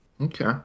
Okay